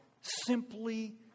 simply